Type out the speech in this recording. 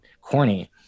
corny